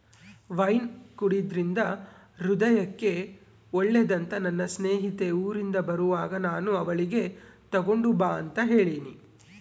wine ಕುಡೆದ್ರಿಂದ ಹೃದಯಕ್ಕೆ ಒಳ್ಳೆದಂತ ನನ್ನ ಸ್ನೇಹಿತೆ ಊರಿಂದ ಬರುವಾಗ ನಾನು ಅವಳಿಗೆ ತಗೊಂಡು ಬಾ ಅಂತ ಹೇಳಿನಿ